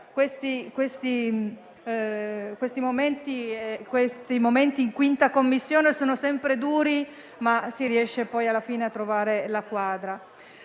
Questi momenti in 5a Commissione sono sempre duri, ma si riesce poi alla fine a trovare la quadra.